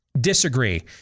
disagree